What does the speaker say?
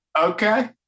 Okay